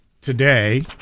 today